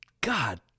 God